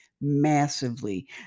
massively